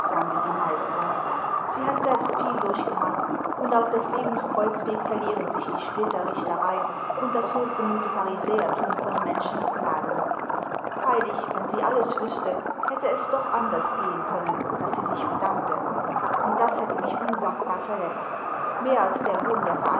wie die meisten sie hat selbst viel durchgemacht und auf des lebens kreuzwegen verlieren sich die splitterrichterei und das hochgemute pharisäertum von menschens gnaden freilich wenn sie alles wüßte hätte es doch anders gehen können daß sie sich bedankte und das hätte mich imsagbar verletzt mehr als der hohn der